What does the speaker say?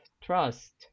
trust